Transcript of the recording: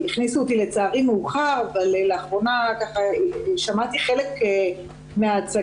הכניסו אותי, לצערי, מאוחר, אבל שמעתי חלק מההצגה.